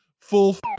full